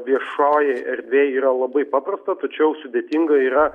viešoj erdvėj yra labai paprasta tačiau sudėtinga yra